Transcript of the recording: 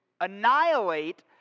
annihilate